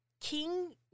King